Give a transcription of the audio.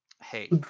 Hey